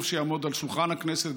טוב שיעמוד על שולחן הכנסת,